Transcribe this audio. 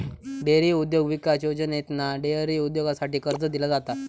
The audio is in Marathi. डेअरी उद्योग विकास योजनेतना डेअरी उद्योगासाठी कर्ज दिला जाता